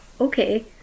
okay